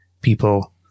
people